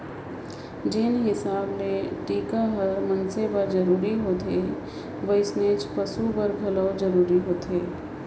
जेन हिसाब ले टिका हर मइनसे बर जरूरी होथे वइसनेच पसु बर घलो जरूरी होथे